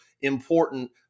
important